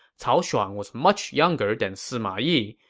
cao shuang was much younger than sima yi.